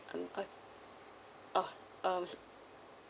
um uh um